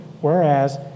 whereas